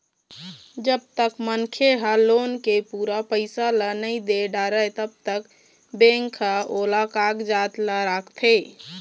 जब तक मनखे ह लोन के पूरा पइसा ल नइ दे डारय तब तक बेंक ह ओ कागजात ल राखथे